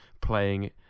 playing